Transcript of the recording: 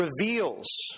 reveals